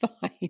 fine